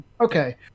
Okay